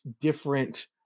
different